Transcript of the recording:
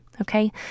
okay